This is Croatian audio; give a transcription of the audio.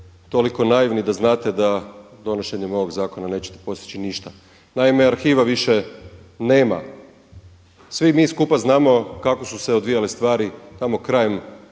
toliko naivni da znate da donošenjem ovoga zakona nećete postići ništa. Naime, arhiva više nema. Svi mi skupa znamo kako su se odvijale stvari tamo krajem